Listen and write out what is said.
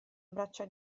braccia